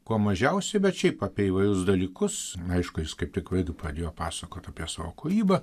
kuo mažiausiai bet šiaip apie įvairius dalykus aišku jis kaip tik irgi padėjo pasakot apie savo kūrybą